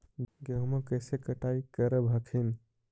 गेहुमा कैसे कटाई करब हखिन?